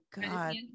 God